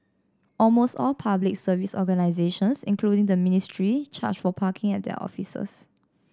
almost all Public Service organisations including the ministry charge for parking at their offices